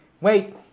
Wait